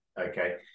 Okay